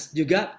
juga